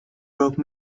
wrote